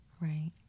Right